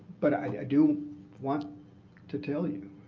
but i do want to tell you,